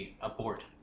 abort